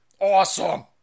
Awesome